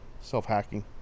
self-hacking